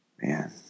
man